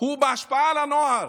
הוא בהשפעה על הנוער.